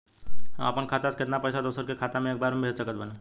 हम अपना खाता से केतना पैसा दोसरा के खाता मे एक बार मे भेज सकत बानी?